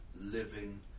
living